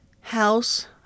House